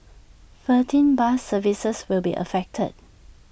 thirteen bus services will be affected